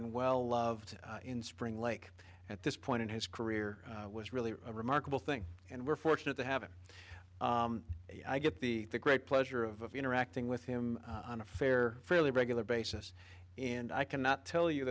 and well loved in spring lake at this point in his career was really a remarkable thing and we're fortunate to have him i get the the great pleasure of interacting with him on a fair fairly regular basis and i cannot tell you